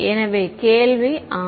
எனவே கேள்வி ஆம்